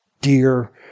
dear